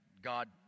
God